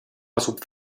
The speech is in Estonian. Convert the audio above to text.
asub